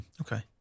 okay